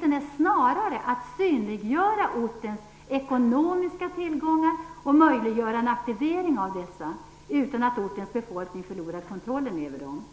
Den är snarare att synliggöra ortens ekonomiska tillgångar och möjliggöra en aktivering av dessa utan att ortens befolkning förlorar kontrollen över dem.